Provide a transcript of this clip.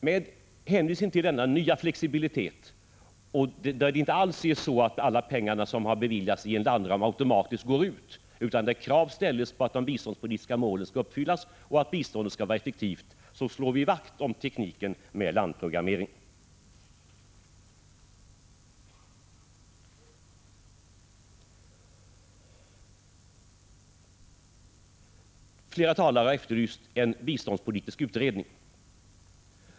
Med hänvisning till denna nya flexibilitet — som inte alls innebär att alla medel som har beviljats inom en landram automatiskt går ut, utan där krav ställs på att de biståndspolitiska målen skall uppfyllas och biståndet vara effektivt — slår vi vakt om tekniken med landprogrammering. Flera talare har efterlyst en biståndspolitisk utredning.